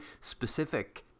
specific